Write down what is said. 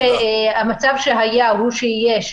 --- המצב שהיה הוא שיהיה,